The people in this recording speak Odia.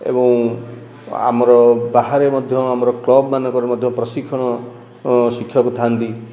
ଏବଂ ଆମର ବାହାରେ ମଧ୍ୟ ଆମର କ୍ଲବ ମାନଙ୍କରେ ମଧ୍ୟ ପ୍ରଶିକ୍ଷଣ ଶିକ୍ଷକ ଥାଆନ୍ତି